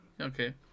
Okay